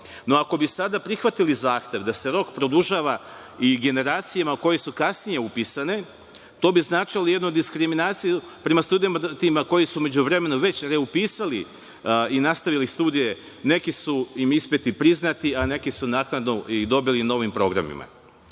No, ako bi sada prihvatili zahtev da se rok produžava i generacijama koje su kasnije upisane, to bi značilo jednu diskriminaciju prema studentima koji su u međuvremenu već reupisali i nastavili studije. Neki ispiti su im priznati, a neke su naknadno dobili u novim programima. Što